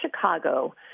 Chicago